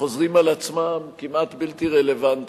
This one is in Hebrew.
חוזרים על עצמם, כמעט בלתי רלוונטיים